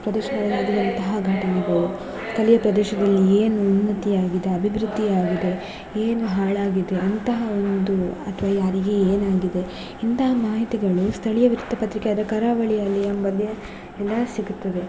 ಪ್ರದೇಶಗಳಲ್ಲಾಗಿರುವಂತಹ ಘಟನೆಗಳು ಸ್ಥಳೀಯ ಪ್ರದೇಶದಲ್ಲಿ ಏನು ಉನ್ನತಿಯಾಗಿದೆ ಅಭಿವೃದ್ಧಿಯಾಗಿದೆ ಏನು ಹಾಳಾಗಿದೆ ಅಂತಹ ಒಂದು ಅಥ್ವಾ ಯಾರಿಗೆ ಏನಾಗಿದೆ ಇಂತಹ ಮಾಹಿತಿಗಳು ಸ್ಥಳೀಯ ವೃತ್ತಪತ್ರಿಕೆ ಆದ ಕರಾವಳಿ ಅಲೆ ಎಂಬಲ್ಲಿ ಎಲ್ಲ ಸಿಗುತ್ತದೆ